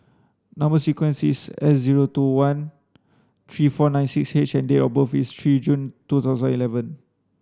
number sequence is S zero two one three four nine six H and date of birth is three June two thousand eleven